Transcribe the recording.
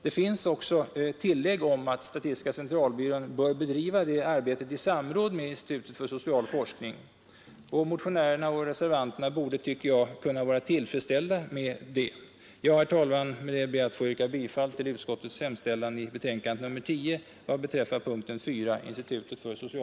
Det finns också ett tillägg om att statistiska centralbyrån bör bedriva det arbetet i samråd med institutet för social forskning. Motionärerna och reservanterna borde enligt min mening vara tillfredsställda med detta. Herr talman! Jag ber att få yrka bifall till utskottets hemställan i betänkande nr 10 punkten 4.